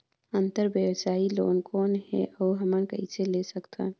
अंतरव्यवसायी लोन कौन हे? अउ हमन कइसे ले सकथन?